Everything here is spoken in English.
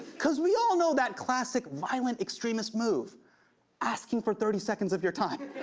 cause we all know that classic violent-extremist move asking for thirty seconds of your time.